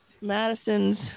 Madison's